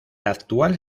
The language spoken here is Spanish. actual